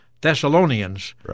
Thessalonians